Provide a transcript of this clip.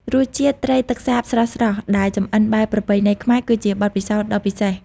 រសជាតិត្រីទឹកសាបស្រស់ៗដែលចម្អិនបែបប្រពៃណីខ្មែរ គឺជាបទពិសោធន៍ដ៏ពិសេស។